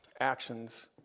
actions